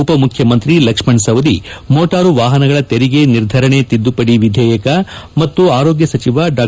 ಉಪ ಮುಖ್ಯಮಂತ್ರಿ ಲಕ್ಷಣ್ ಸವದಿ ಮೋಟಾರು ವಾಪನಗಳ ತೆರಿಗೆ ನಿರ್ದರಣೆ ತಿದ್ದುಪಡಿ ವಿದೇಯಕ ಮತ್ತು ಆರೋಗ್ನ ಸಚಿವ ಡಾ